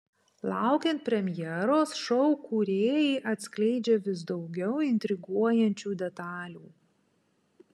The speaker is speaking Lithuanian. laukiant premjeros šou kūrėjai atskleidžia vis daugiau intriguojančių detalių